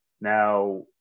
Now